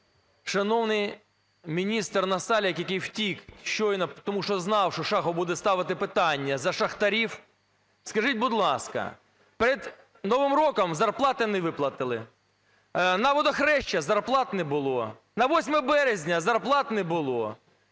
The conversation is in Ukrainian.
Шановний міністр Насалик, який втік щойно, тому що знав, що Шахов буде ставити питання за шахтарів. Скажіть, будь ласка, перед Новим роком зарплати не виплатили. На Водохреще зарплат не було, на 8 березня зарплат не було.